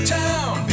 town